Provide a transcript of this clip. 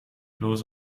bloß